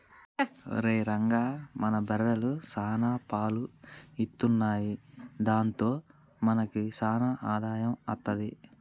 ఒరేయ్ రంగా మన బర్రెలు సాన పాలు ఇత్తున్నయ్ దాంతో మనకి సాన ఆదాయం అత్తది